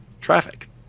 traffic